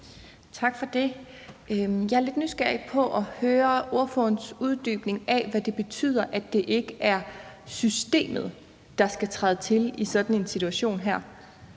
Tak for det. Jeg er lidt nysgerrig efter at høre ordførerens uddybning af, hvad det betyder, at det ikke er systemet, der skal træde til i sådan en situation her.